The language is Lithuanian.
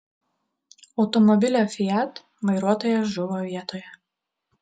automobilio fiat vairuotojas žuvo vietoje